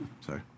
Sorry